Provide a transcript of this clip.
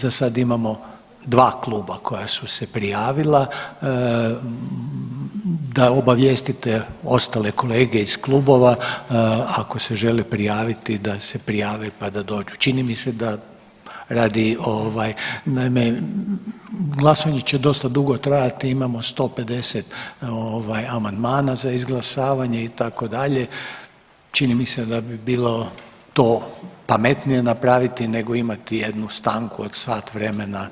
Za sada imamo 2 kluba koja su se prijavila, da obavijestite ostale kolege iz klubova ako se žele prijaviti da se prijave pa da dođu, čini mi se da radi ovaj, naime glasovanje će dosta dugo trajati imamo 150 amandmana za izglasavanje itd., čini mi se da bi bilo to pametnije napraviti nego imati jednu stanku od sat vremena